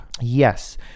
Yes